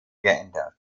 geändert